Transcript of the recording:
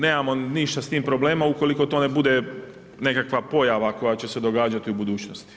Nemamo ništa s tim problema ukoliko to ne bude nekakva pojava koja će se događati u budućnosti.